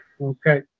Okay